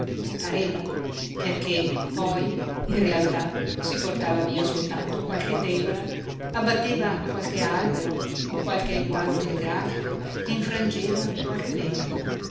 pareva perché poi in realtà si portava via soltanto qualche tegola abbatteva qualche albero o qualche palo telegrafico e infrangeva qualche vetro